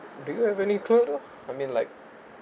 do you have any I mean like